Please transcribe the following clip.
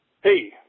Hey